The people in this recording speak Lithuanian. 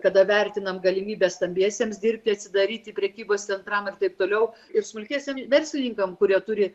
kada vertinam galimybę stambiesiems dirbti atsidaryti prekybos centram ir taip toliau ir smulkiesiem verslininkam kurie turi